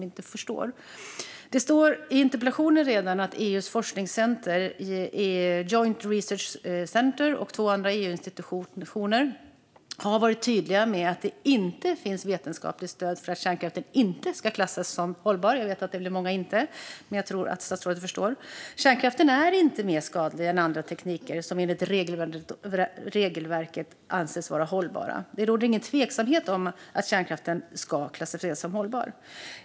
Interpellanten har skrivit i interpellationen att EU:s forskningscenter Joint Research Centre och två andra EU-institutioner har varit tydliga med att det inte finns vetenskapligt stöd för att kärnkraften inte ska klassas som hållbar - jag vet att många inte vill det - men jag tror att statsrådet förstår. Kärnkraften är inte mer skadlig än andra tekniker som enligt regelverket anses vara hållbara. Det råder inget tvivel om att kärnkraften ska klassificeras som hållbar.